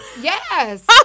yes